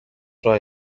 راه